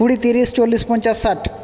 কুড়ি ত্রিশ চল্লিশ পঞ্চাশ ষাট